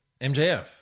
MJF